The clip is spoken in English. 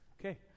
Okay